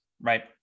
Right